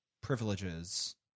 privileges